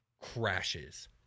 crashes